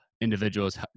individuals